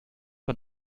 man